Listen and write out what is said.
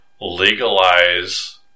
legalize